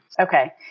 Okay